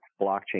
blockchain